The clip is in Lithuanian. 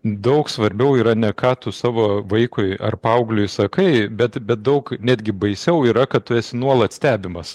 daug svarbiau yra ne ką tu savo vaikui ar paaugliui sakai bet bet daug netgi baisiau yra kad tu esi nuolat stebimas